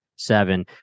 seven